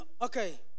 Okay